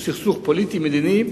הוא סכסוך פוליטי מדיני,